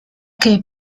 che